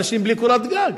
אנשים בלי קורת גג.